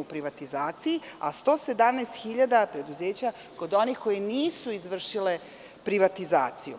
u privatizaciji, a117.000 preduzeća, kod onih koji nisu izvršile privatizaciju.